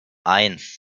eins